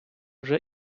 вже